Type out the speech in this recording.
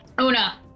Una